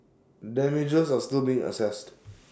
damages are still being assessed